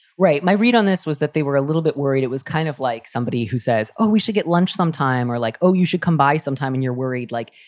right. my read on this was that they were a little bit worried, it was kind of like somebody who says, oh, we should get lunch sometime or like, oh, you should come by sometime. and you're worried, like,